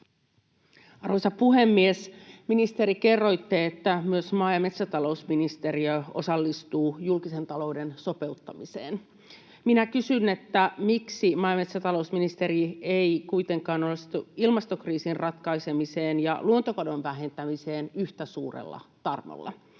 Arvoisa puhemies! Ministeri, kerroitte, että myös maa- ja metsätalousministeriö osallistuu julkisen talouden sopeuttamiseen. Minä kysyn, miksi maa- ja metsätalousministeri ei kuitenkaan osallistu ilmastokriisin ratkaisemiseen ja luontokadon vähentämiseen yhtä suurella tarmolla.